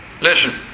Listen